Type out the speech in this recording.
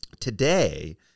today